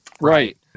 Right